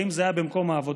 האם זה היה במקום העבודה,